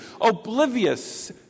oblivious